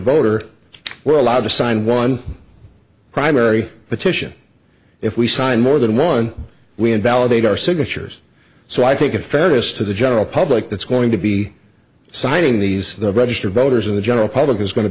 voter were allowed to sign one primary petition if we sign more than one we invalidate our signatures so i think in fairness to the general public that's going to be signing these the registered voters in the general public is go